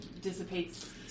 dissipates